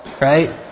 right